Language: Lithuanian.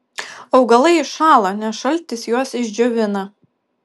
augalai iššąla nes šaltis juos išdžiovina